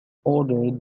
ordered